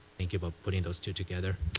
thinking about putting those two together.